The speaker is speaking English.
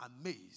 amazed